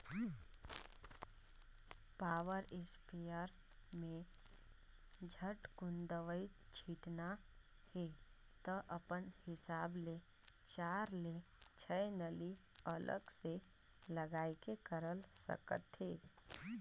power sprayer में झटकुन दवई छिटना हे त अपन हिसाब ले चार ले छै नली अलग से लगाये के करल जाए सकथे